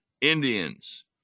Indians